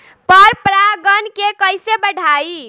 पर परा गण के कईसे बढ़ाई?